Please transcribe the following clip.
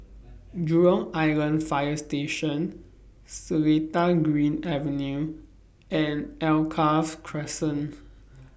Jurong Island Fire Station Seletar Green Avenue and Alkaff Crescent